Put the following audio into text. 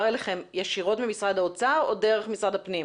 אליכם ישירות ממשרד האוצר או דרך משרד הפנים?